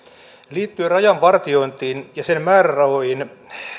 liittyen rajavartiointiin ja sen määrärahoihin